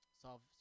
solve